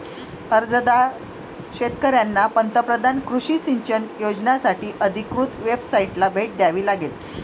अर्जदार शेतकऱ्यांना पंतप्रधान कृषी सिंचन योजनासाठी अधिकृत वेबसाइटला भेट द्यावी लागेल